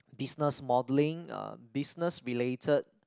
business modelling um business related